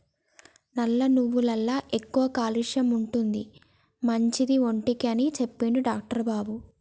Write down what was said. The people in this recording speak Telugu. నల్ల నువ్వులల్ల ఎక్కువ క్యాల్షియం ఉంటది, మంచిది ఒంటికి అని చెప్పిండు డాక్టర్ బాబు